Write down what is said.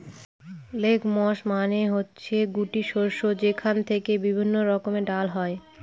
legumes মানে হচ্ছে গুটি শস্য যেখান থেকে বিভিন্ন রকমের ডাল হয়